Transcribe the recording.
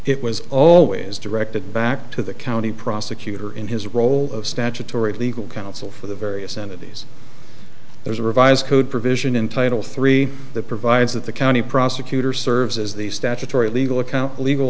it was always directed back to the county prosecutor in his role of statutory legal counsel for the various entities there's a revised code provision in title three that provides that the county prosecutor serves as the statutory legal account legal